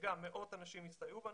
מאות אנשים הצטרפו.